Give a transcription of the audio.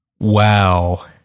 Wow